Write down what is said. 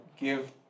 give